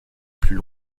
plus